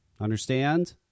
Understand